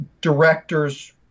directors